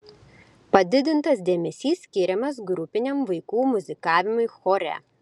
padidintas dėmesys skiriamas grupiniam vaikų muzikavimui chore